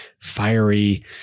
fiery